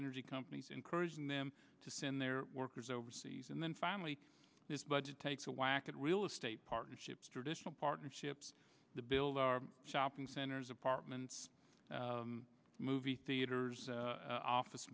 energy companies encouraging them to send their workers overseas and then finally this budget takes a walk at real estate partnerships traditional partnerships to build our shopping centers apartments movie theaters office